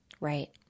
right